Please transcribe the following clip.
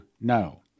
no